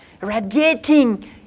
radiating